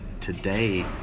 today